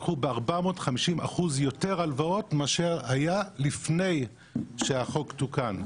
לקחו ב-450 אחוזים יותר הלוואות מאשר היה לפני שהחוק תוקן.